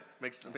Makes